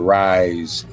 rise